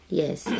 yes